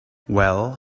well